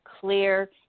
clear